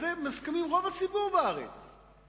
אז על זה רוב הציבור בארץ מסכימים.